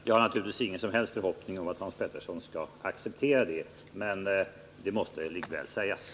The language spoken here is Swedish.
Jag kan inte låta bli att ställa en följdfråga: Kommer utrikesministern att ta kontakt med regeringen i Guatemala för att uttrycka vår inställning till dessa händelser?